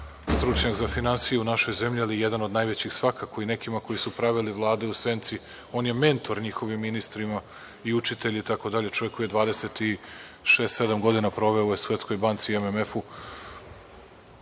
stručnjak za finansije u našoj zemlji, ali jedan je od najvećih svakako i nekima koji su pravili Vladu u senci je mentor njihovim ministrima i učitelj itd. Čovek je 26, 27 godina proveo u Svetskoj banci i MMF,